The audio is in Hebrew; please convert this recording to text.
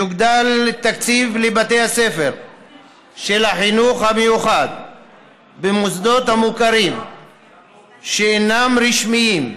יוגדל תקציב לבתי הספר של החינוך המיוחד במוסדות המוכרים שאינם רשמיים,